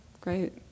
great